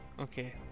Okay